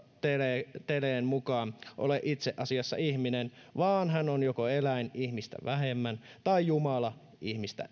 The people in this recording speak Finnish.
mukaan ole itse asiassa ihminen vaan hän on joko eläin ihmistä vähemmän tai jumala ihmistä